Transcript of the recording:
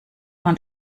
man